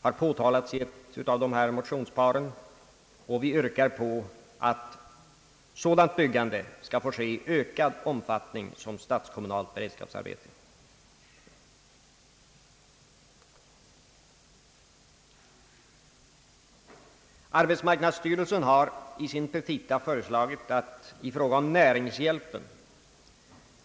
har påtalats i ett av dessa motionspar, och vi yrkar på att sådant byggande skall få ske i en ökad omfattning som statskommunalt beredskapsarbete.